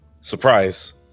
Surprise